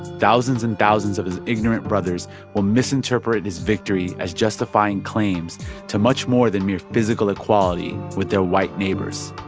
thousands and thousands of his ignorant brothers will misinterpret his victory as justifying claims to much more than mere physical equality with their white neighbors.